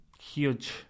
huge